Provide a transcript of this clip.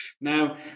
Now